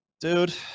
Dude